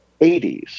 80s